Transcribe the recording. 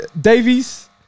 Davies